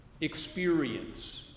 experience